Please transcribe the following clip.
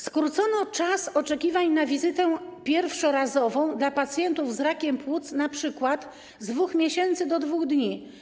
Skrócono czas oczekiwań na wizytę pierwszorazową dla pacjentów z rakiem płuc np. z 2 miesięcy do 2 dni.